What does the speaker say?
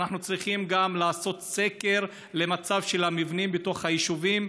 אנחנו גם צריכים לעשות סקר של מצב המבנים בתוך היישובים,